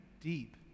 deep